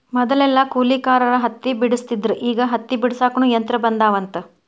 ಮದಲೆಲ್ಲಾ ಕೂಲಿಕಾರರ ಹತ್ತಿ ಬೆಡಸ್ತಿದ್ರ ಈಗ ಹತ್ತಿ ಬಿಡಸಾಕುನು ಯಂತ್ರ ಬಂದಾವಂತ